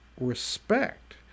respect